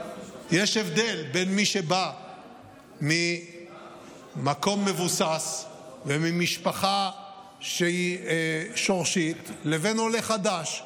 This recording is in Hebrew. יש הבדל בין מי שבא ממקום מבוסס וממשפחה שהיא שורשית לבין עולה חדש,